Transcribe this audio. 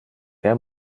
wer